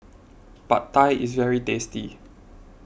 Pad Thai is very tasty